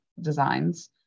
designs